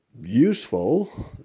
useful